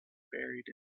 buried